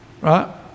right